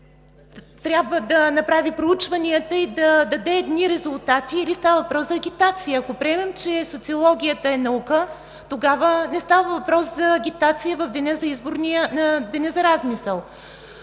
трябва да направи проучванията и да даде едни резултати, или става въпрос за агитация? Ако приемем, че социологията е наука, тогава не става въпрос за агитация в деня за размисъл,